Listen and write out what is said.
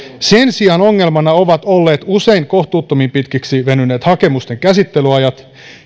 sen sijaan ongelmana ovat olleet usein kohtuuttoman pitkiksi venyneet hakemusten käsittelyajat